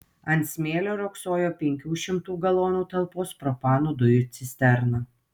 ant smėlio riogsojo penkių šimtų galonų talpos propano dujų cisterna